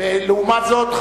ולעומת זאת,